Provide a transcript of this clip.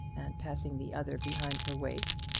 and passing the other behind her waist,